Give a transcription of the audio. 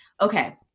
Okay